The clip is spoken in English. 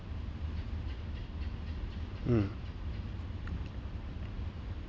mm